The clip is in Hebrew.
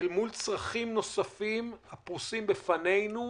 ואל מול צרכים נוספים הפרוסים בפנינו,